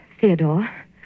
Theodore